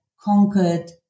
conquered